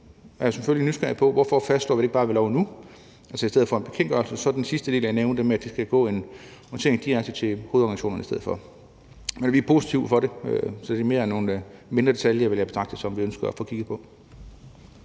men er selvfølgelig nysgerrige, i forhold til hvorfor vi ikke bare fastslår det ved lov nu i stedet for en bekendtgørelse, altså den sidste del, jeg nævnte, med, at der skal gå en orientering direkte til hovedorganisationerne i stedet for. Men vi er positive over for det, så det er mere nogle mindre detaljer, vil jeg betragte det som, som vi ønsker at få kigget på.